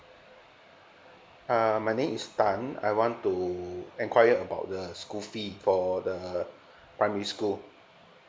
uh my name is tan I want to enquire about the school fee for the primary school